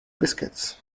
biscuits